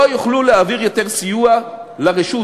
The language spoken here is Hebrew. לא יוכלו להעביר יותר סיוע לרשות,